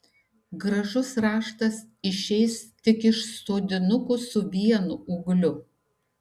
gražus raštas išeis tik iš sodinukų su vienu ūgliu